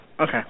Okay